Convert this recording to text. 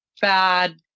bad